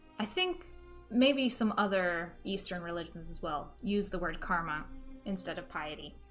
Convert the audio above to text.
i think maybe some other eastern religions as well use the word karma instead of piety